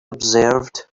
observed